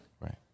right